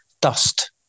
dust